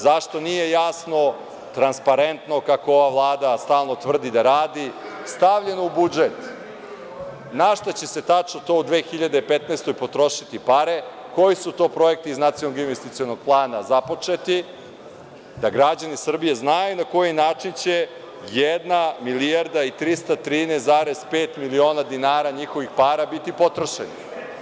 Zašto nije jasno, transparentno, kako ova Vlada stalno tvrdi da radi, stavljeno u budžet na šta će se tačno to u 2015. godini potrošiti pare, koji su to projekti iz NIP-a započeti, da građani Srbije znaju na koji način će jedna milijarda i 313,5 miliona njihovih para biti potrošeno?